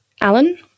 Alan